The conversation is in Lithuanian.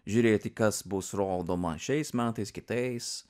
žiūrėti kas bus rodoma šiais metais kitais